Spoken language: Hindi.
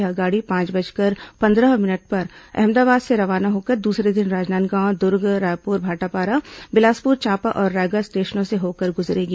यह गाड़ी पांच बजकर पंद्रह मिनट पर अहमदाबाद से रवाना होकर दूसरे दिन राजनांदगांव दूर्ग रायपुर भाटापारा बिलासपुर चांपा और रायगढ़ स्टेशनों से होकर गुजरेगी